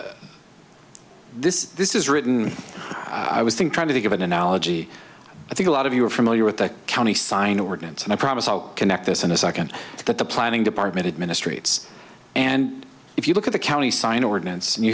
no this this is written i was think trying to think of an analogy i think a lot of you are familiar with the county sign ordinance and i promise i'll connect this in a second that the planning department administrates and if you look at the county sign ordinance